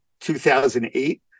2008